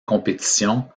compétition